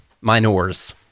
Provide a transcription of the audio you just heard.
minors